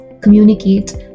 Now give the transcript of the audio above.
communicate